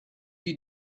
you